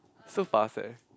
so fast leh